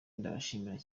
ndabashimiye